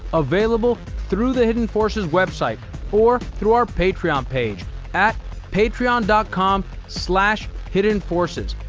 available through the hidden forces website or through our patreon page at patreon and com so hiddenforces.